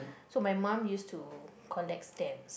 so my mum use to collect stamps